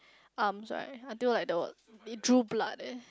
arms right until like the were it drew blood eh